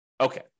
Okay